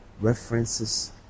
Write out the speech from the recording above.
references